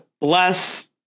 less